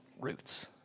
roots